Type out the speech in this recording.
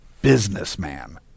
businessman